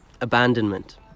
abandonment